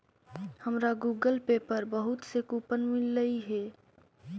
हमारा Google Pay पर बहुत से कूपन मिललई हे